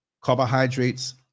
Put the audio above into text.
carbohydrates